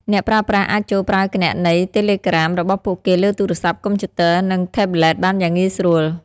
អ្នកប្រើប្រាស់អាចចូលប្រើគណនីតេឡេក្រាមរបស់ពួកគេលើទូរស័ព្ទ កុំព្យូទ័រ និងថេបប្លេតបានយ៉ាងងាយស្រួល។